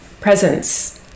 presence